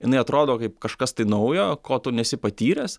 jinai atrodo kaip kažkas tai naujo ko tu nesi patyręs